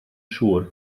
siŵr